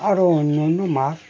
আরও অন্য অন্য মাছ